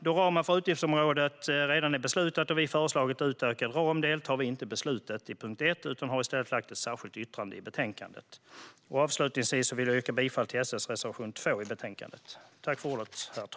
Då ramen för utgiftsområdet redan är beslutad och vi har föreslagit utökad ram deltar vi inte i beslutet i punkt 1 utan har i stället lagt ett särskilt yttrande till betänkandet. Jag vill avslutningsvis yrka bifall till SD:s reservation 2 i betänkandet.